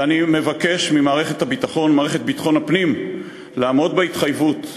ואני מבקש ממערכת ביטחון הפנים לעמוד בהתחייבות,